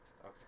Okay